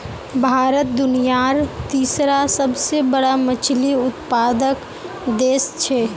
भारत दुनियार तीसरा सबसे बड़ा मछली उत्पादक देश छे